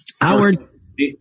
Howard